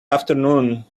afternoon